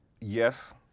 Yes